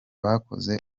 bakoze